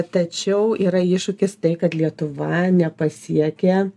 tačiau yra iššūkis tai kad lietuva nepasiekė